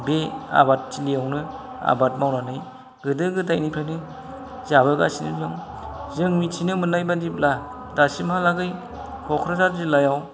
बे आबादथिलियावनो आबाद मावनानै गोदो गोदायनिफ्रायनो जाबोगासिनो दं जों मिथिनो मोननाय बायदिब्ला दासिमहालागै क'क्राझार जिल्लायाव